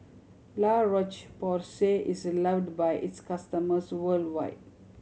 La Roche Porsay is loved by its customers worldwide